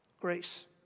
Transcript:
Grace